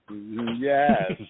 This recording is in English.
Yes